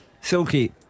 Silky